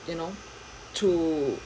you know to